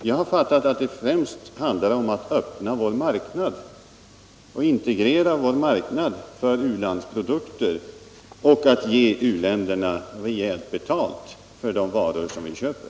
Jag har fattat att det främst handlar om att öppna vår marknad för u-landsprodukter och att ge u-länderna rejält betalt för de varor vi köper.